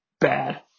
Bad